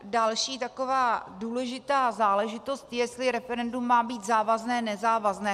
Další taková důležitá záležitost je, jestli referendum má být závazné, nebo nezávazné.